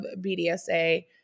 bdsa